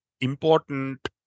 important